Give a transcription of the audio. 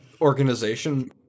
organization